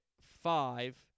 five